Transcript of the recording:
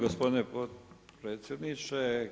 gospodine potpredsjedniče.